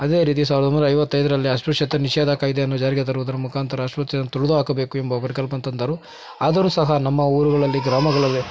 ಅದೇ ರೀತಿ ಸಾವಿರ್ದ ಒಂಬೈನೂರ ಐವತೈದರಲ್ಲಿ ಅಸ್ಪೃಶ್ಯತೆ ನಿಷೇಧ ಕಾಯ್ದೆಯನ್ನು ಜಾರಿಗೆ ತರುವುದರ ಮುಖಾಂತರ ಅಶ್ವತೆಯನ್ನು ತುಳಿದು ಹಾಕಬೇಕು ಎಂಬ ಪರಿಕಲ್ಪನೆ ತಂದರು ಆದರೂ ಸಹ ನಮ್ಮ ಊರುಗಳಲ್ಲಿ ಗ್ರಾಮಗಳಲ್ಲಿ